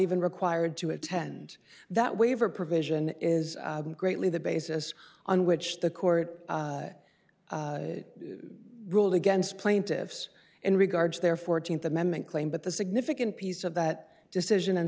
even required to attend that waiver provision is greatly the basis on which the court ruled against plaintiffs in regards their th amendment claim but the significant piece of that decision and